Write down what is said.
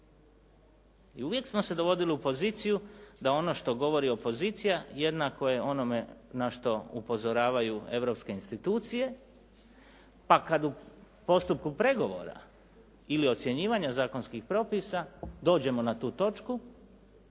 i uvijek smo se dovodili u poziciju da ono što govori opozicija jednako je onome na što upozoravaju europske institucije, pa kad u postupku pregovora ili ocjenjivanja zakonskih propisa dođemo na tu točku